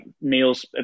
meals